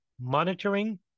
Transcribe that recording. monitoring